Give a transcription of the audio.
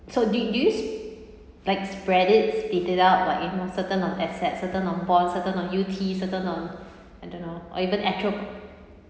so do do you's like spread it split it out like you know certain on assets certain on bond certain on U_T certain on I don't know or even actual